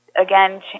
again